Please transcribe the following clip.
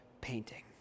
painting